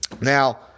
Now